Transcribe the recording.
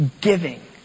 giving